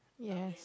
yes